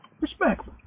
respect